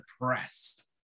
depressed